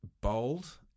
bold